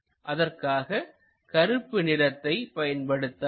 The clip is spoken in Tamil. அதற்காக கருப்பு நிறத்தை பயன்படுத்தலாம்